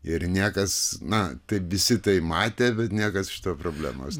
ir niekas na taip visi tai matė bet niekas iš to problemos